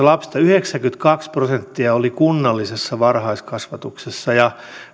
lapsista yhdeksänkymmentäkaksi prosenttia oli kunnallisessa varhaiskasvatuksessa ja